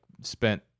spent